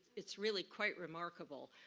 it's really quite remarkable.